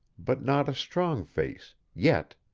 but not a strong face yet.